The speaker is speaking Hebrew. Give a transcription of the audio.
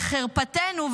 לחרפתנו,